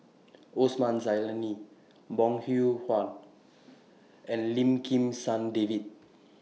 Osman Zailani Bong Hiong Hwa and Lim Kim San David